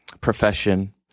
profession